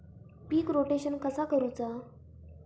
पीक rotation कसा करूचा?